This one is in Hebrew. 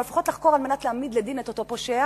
או לפחות לחקור כדי להעמיד לדין את אותו פושע.